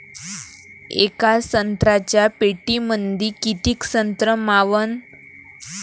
येका संत्र्याच्या पेटीमंदी किती संत्र मावन?